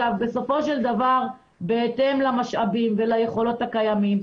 בסופו של דבר בהתאם למשאבים וליכולות הקיימים,